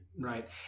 Right